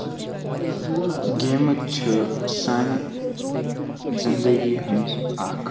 games چھِ سانہِ زندگی ہٕنٛز اَکھ